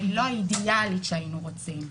שהיא לא האידיאלית שהיינו רוצים.